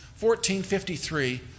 1453